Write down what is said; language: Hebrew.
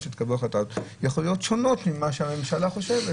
שיתקבלו החלטות שונות ממה שהממשלה חושבת.